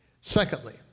Secondly